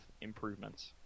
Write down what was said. improvements